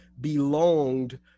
belonged